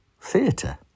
theatre